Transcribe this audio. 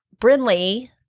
Brinley